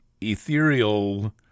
ethereal